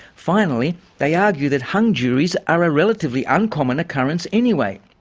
finally, they argue that hung juries are a relatively uncommon occurrence anyway.